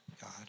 God